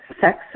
sex